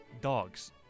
Dogs